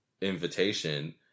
invitation